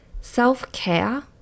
self-care